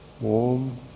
warm